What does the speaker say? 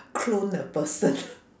clone the person